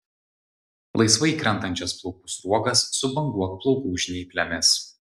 laisvai krentančias plaukų sruogas subanguok plaukų žnyplėmis